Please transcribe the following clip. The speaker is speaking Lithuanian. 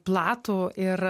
platų ir